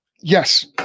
Yes